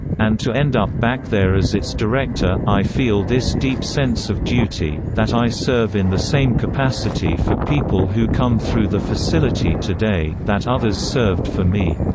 and to end up back there as its director, i feel this deep sense of duty, that i serve in the same capacity for people who come through the facility today, that others served for me